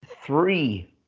Three